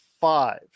five